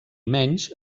menys